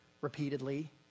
repeatedly